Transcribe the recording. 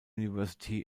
university